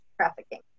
trafficking